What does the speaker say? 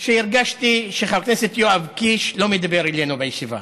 שהרגשתי שחבר הכנסת יואב קיש לא מדבר אלינו בישיבה.